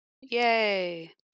Yay